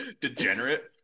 degenerate